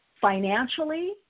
financially